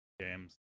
games